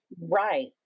right